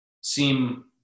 seem